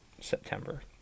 September